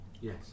Yes